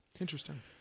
Interesting